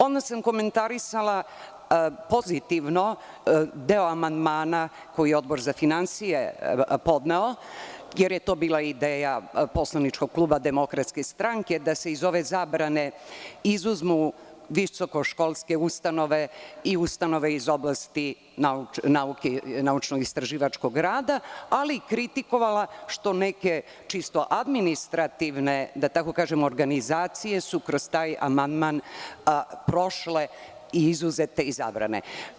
Odmah sam komentarisala, pozitivno, deo amandmana koji je Odbor za finansije podneo, jer je to bila ideja poslaničkog kluba Demokratske stranke da se iz ove zabrane izuzmu visokoškolske ustanove i ustanove iz oblasti naučnoistraživačkog rada, ali kritikovala što neke, čisto administrativne, da tako kažem, organizacije su kroz taj amandman prošle i izuzete iz zabrane.